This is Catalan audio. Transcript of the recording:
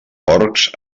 pocs